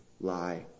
lie